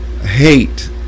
hate